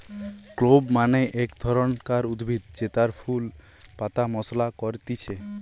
clove মানে এক ধরণকার উদ্ভিদ জেতার ফুল পাতা মশলা করতিছে